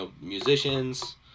musicians